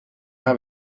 haar